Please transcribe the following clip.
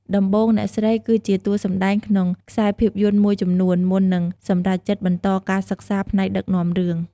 ដំបូងអ្នកស្រីគឺជាតួសម្តែងក្នុងខ្សែភាពយន្តមួយចំនួន មុននឹងសម្រេចចិត្តបន្តការសិក្សាផ្នែកដឹកនាំរឿង។